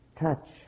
touch